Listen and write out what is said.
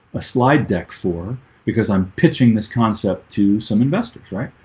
a slide deck for because i'm pitching this concept to some investors, right?